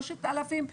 3,000 מחשבים?